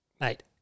Mate